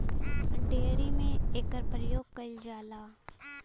dairy में एकर परियोग कईल जाला